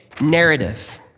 narrative